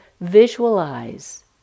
visualize